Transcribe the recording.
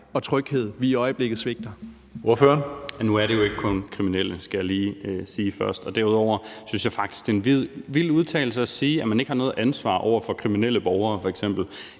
Carl Valentin (SF): Nu er det jo ikke kun kriminelle, skal jeg lige sige først. Derudover synes jeg faktisk, det er en vild udtalelse at sige, at man ikke har noget ansvar over for kriminelle borgere f.eks.